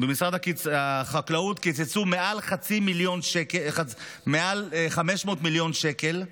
במשרד החקלאות קיצצו מעל 500 מיליון שקל,